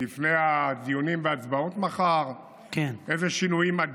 לפני הדיונים וההצבעות מחר איזה שינויים.